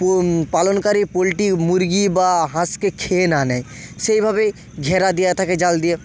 পালনকারী পোল্ট্রি মুরগি বা হাঁসকে খেয়ে না নেয় সেইভাবেই ঘেরা দেওয়া থাকে জাল দিয়ে